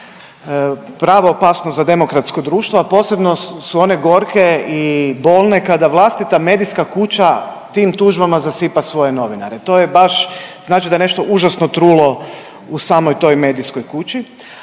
prava opasnost za demokratsko društvo, a posebno su one gorke i bolne kada vlastita medijska kuća tim tužbama zasipa svoje novinare. To je baš, znači da je nešto užasno trulo u samoj toj medijskoj kući,